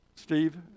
Steve